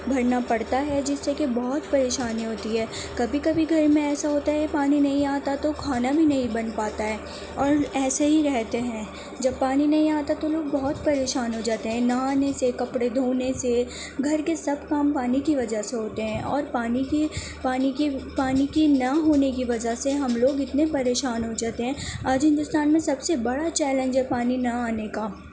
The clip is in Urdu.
بھرنا پڑتا ہے جس سے کہ بہت پریشانی ہوتی ہے کبھی کبھی گھر میں ایسا ہوتا ہے پانی نہیں آتا تو کھانا بھی نہیں بن پاتا ہے اور ایسے ہی رہتے ہیں جب پانی نہیں آتا تو لوگ بہت پریشان ہو جاتے ہیں نہانے سے کپڑے دھونے سے گھر کے سب کام پانی کی وجہ سے ہوتے ہیں اور پانی کی پانی کی پانی کی نہ ہونے کی وجہ سے ہم لوگ اتنے پریشان ہو جاتے ہیں آج ہندوستان میں سب سے بڑا چیلنج ہے پانی نہ آنے کا